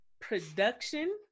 production